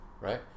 Right